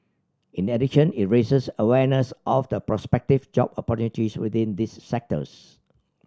in addition it raises awareness of the prospective job opportunities within these sectors